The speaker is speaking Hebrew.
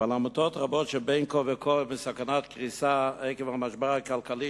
ועל עמותות רבות שבין כה וכה בסכנת קריסה עקב המשבר הכלכלי,